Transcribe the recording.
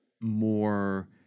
more